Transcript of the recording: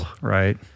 Right